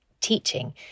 teaching